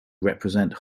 represent